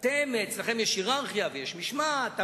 אצלכם יש הייררכיה ויש משמעת,